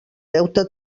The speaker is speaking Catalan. deute